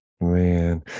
man